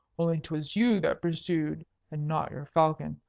only twas you that pursued and not your falcon,